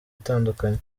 itandukanye